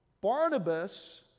Barnabas